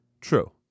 True